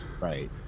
Right